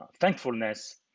thankfulness